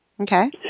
Okay